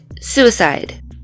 suicide